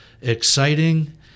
exciting